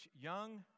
young